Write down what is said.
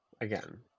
Again